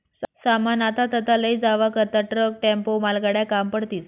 सामान आथा तथा लयी जावा करता ट्रक, टेम्पो, मालगाड्या काम पडतीस